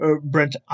Brent